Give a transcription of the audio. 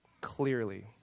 clearly